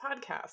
podcast